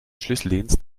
schlüsseldienst